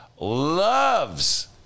loves